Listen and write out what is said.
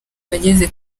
bagize